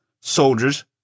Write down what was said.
soldiers